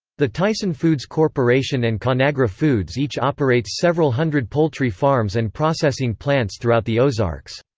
the tyson foods corporation and conagra foods each operates several hundred poultry farms and processing plants throughout the ozarks.